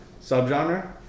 subgenre